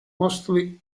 mostly